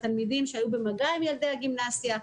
תלמידים שהיו במגע עם תלמידי הגימנסיה.